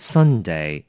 Sunday